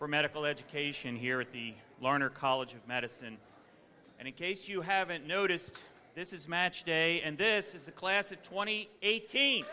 for medical education here at the lerner college of medicine and in case you haven't noticed this is match day and this is a class of twenty eight